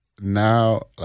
Now